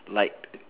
liked